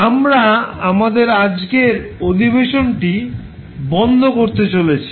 আমরা আমাদের আজকের অধিবেশনটি বন্ধ করতে চলেছি